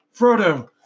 Frodo